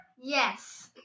Yes